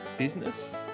Business